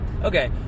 okay